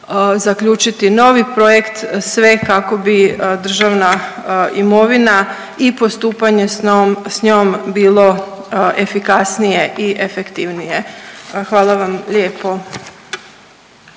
zaključiti novi projekt kako bi državna imovina i postupanje s njom bilo efikasnije i efektivnije. Hvala vam lijepo.